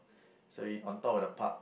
so we on top of the park